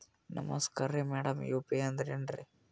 ನಮಸ್ಕಾರ್ರಿ madam UPI ಅಂದ್ರೆನ್ರಿ?